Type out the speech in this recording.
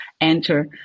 enter